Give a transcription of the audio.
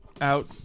out